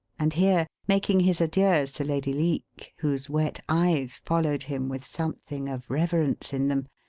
and here, making his adieus to lady leake, whose wet eyes followed him with something of reverence in them,